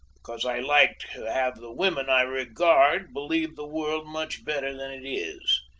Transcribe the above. because i liked to have the women i regard believe the world much better than it is.